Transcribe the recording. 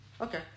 Okay